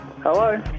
Hello